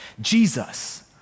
Jesus